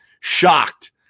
shocked